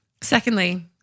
Secondly